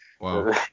Wow